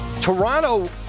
Toronto